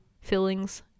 fillings